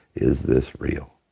is this real?